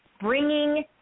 bringing